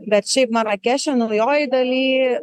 bet šiaip marakeše naujojoj daly